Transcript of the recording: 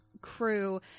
crew